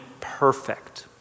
perfect